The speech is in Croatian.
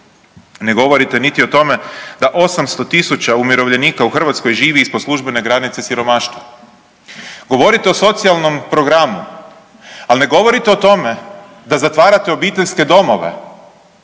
Ne govorite niti o tome da 800 000 umirovljenika živi ispod službene granice siromaštva. Govorite o socijalnom programu ali ne govorite o tome da zatvarate obiteljske domove,